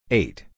eight